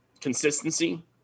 consistency